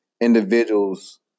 individuals